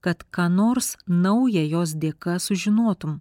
kad ką nors nauja jos dėka sužinotum